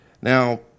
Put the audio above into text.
Now